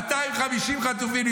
250 חטופים,